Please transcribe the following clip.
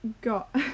got